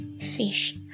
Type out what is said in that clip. Fish